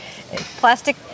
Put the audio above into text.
Plastic